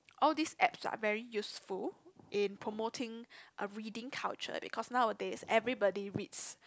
all these apps are very useful in promoting a reading culture because nowadays everybody reads